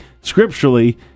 scripturally